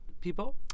people